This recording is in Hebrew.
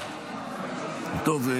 טוב,